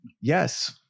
yes